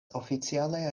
oficiale